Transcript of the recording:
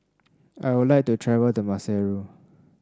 I would like to travel to Maseru